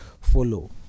follow